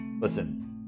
listen